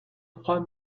trois